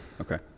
okay